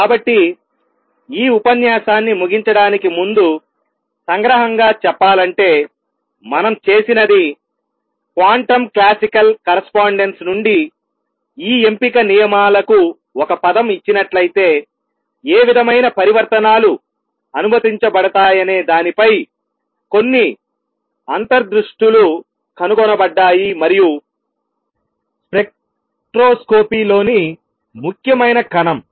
కాబట్టి ఈ ఉపన్యాసాన్ని ముగించడానికి ముందు సంగ్రహంగా చెప్పాలంటే మనం చేసినది క్వాంటం క్లాసికల్ కరస్పాండెన్స్ నుండి ఈ ఎంపిక నియమాలకు ఒక పదం ఇచ్చినట్లయితే ఏ విధమైన పరివర్తనాలు అనుమతించబడతాయనే దానిపై కొన్ని అంతర్దృష్టులు కనుగొనబడ్డాయి మరియు స్పెక్ట్రోస్కోపీలోని ముఖ్యమైన కణం